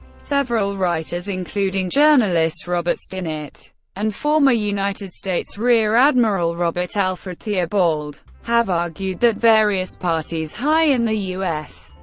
several writers, including journalist robert stinnett and former united states rear admiral robert alfred theobald, have argued that various parties high in the u s.